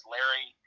Larry